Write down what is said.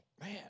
man